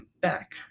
back